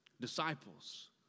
disciples